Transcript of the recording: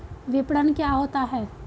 विपणन क्या होता है?